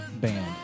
band